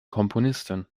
komponistin